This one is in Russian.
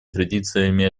традициями